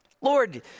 Lord